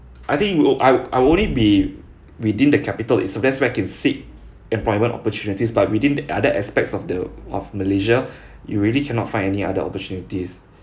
I think we uh I I will only be within the capital its the best where I can seek employment opportunities by within the other aspects of the of malaysia you really cannot find any other opportunities